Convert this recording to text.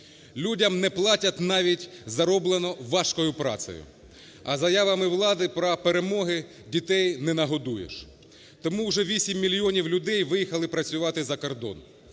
Людям не платять навіть зароблене важкою працею. А заявами влади про перемоги дітей не нагодуєш. Тому уже 8 мільйонів людей виїхали працювати за кордон.